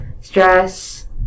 stress